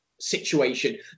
situation